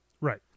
Right